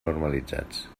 normalitzats